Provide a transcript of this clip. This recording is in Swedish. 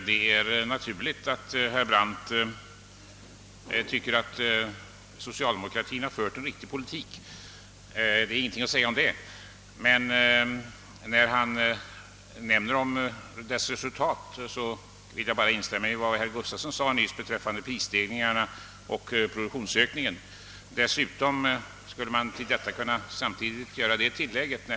Det var 59 000 när det var som mest.)